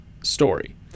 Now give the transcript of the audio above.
story